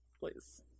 please